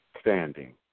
standing